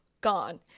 gone